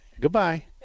Goodbye